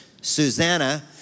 Susanna